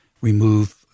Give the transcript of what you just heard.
remove